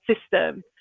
system